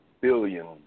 billions